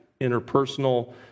interpersonal